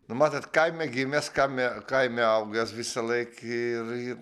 nu matot kaime gimęs kame kaime augęs visąlaik ir ir